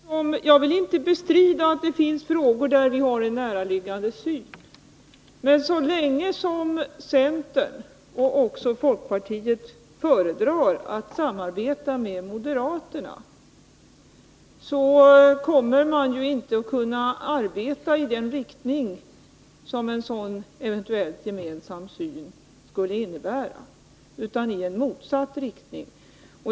Herr talman! Jag vill inte bestrida att det finns frågor där vi har en näraliggande syn. Men så länge centern och också folkpartiet föredrar att samarbeta med moderaterna kommer man inte att kunna arbeta i den riktning som en sådan eventuell gemensam syn skulle leda till, utan man kommer att arbeta i en motsatt riktning.